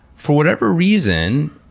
for whatever reason,